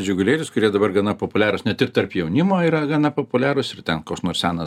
žigulėlis kurie dabar gana populiarūs net ir tarp jaunimo yra gana populiarūs ir ten koks nors senas